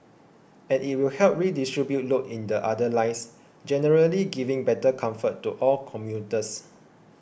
and it will help redistribute load in the other lines generally giving better comfort to all commuters